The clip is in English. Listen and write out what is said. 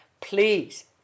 Please